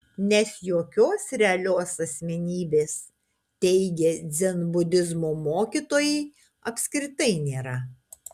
nes jokios realios asmenybės teigia dzenbudizmo mokytojai apskritai nėra